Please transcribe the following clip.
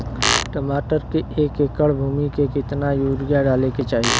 टमाटर के एक एकड़ भूमि मे कितना यूरिया डाले के चाही?